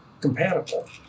compatible